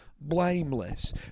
blameless